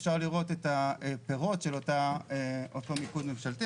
אפשר לראות את הפירות של אותו מיקוד ממשלתי.